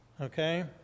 Okay